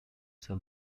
sell